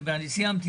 הכספים.